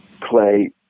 play